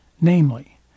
namely